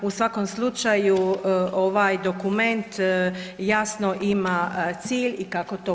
U svakom slučaju ovaj dokument jasno ima cilj i kako to